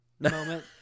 moment